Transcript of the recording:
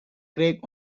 craig